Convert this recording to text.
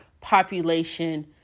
population